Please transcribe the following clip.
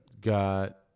Got